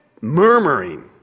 murmuring